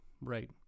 right